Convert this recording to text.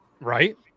right